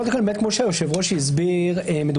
אז קודם כל,